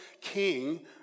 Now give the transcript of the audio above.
king